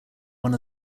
one